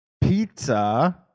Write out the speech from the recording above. Pizza